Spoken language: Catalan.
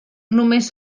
només